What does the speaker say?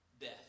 death